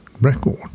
record